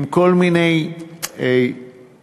עם כל מיני פרסים,